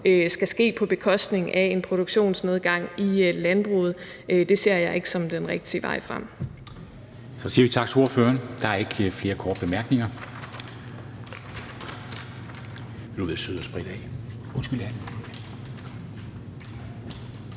skal ske på bekostning af en produktionsnedgang i landbruget. Det ser jeg ikke som den rigtige vej frem. Kl. 16:26 Formanden (Henrik Dam Kristensen): Så siger vi tak til ordføreren. Der er ikke flere korte bemærkninger.